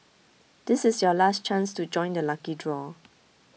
this is your last chance to join the lucky draw